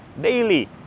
daily